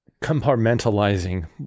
compartmentalizing